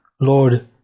Lord